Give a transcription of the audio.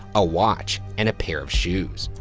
a watch, and a pair of shoes.